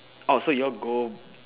oh so you're go